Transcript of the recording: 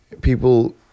people